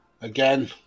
again